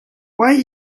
why